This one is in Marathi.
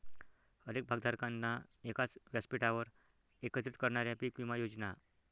अनेक भागधारकांना एकाच व्यासपीठावर एकत्रित करणाऱ्या पीक विमा योजना